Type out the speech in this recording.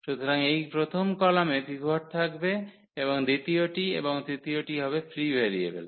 সুতরাং এই প্রথম কলামে পিভট থাকবে এবং দ্বিতীয়টি এবং তৃতীয়টি হবে ফ্রি ভেরিয়েবল